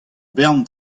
bern